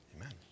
amen